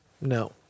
No